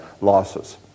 losses